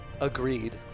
agreed